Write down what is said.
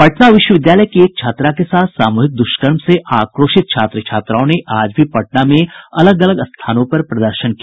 पटना विश्वविद्यालय की एक छात्रा के साथ सामूहिक दुष्कर्म से आक्रोशित छात्र छात्राओं ने आज भी पटना में अलग अलग स्थानों पर प्रदर्शन किया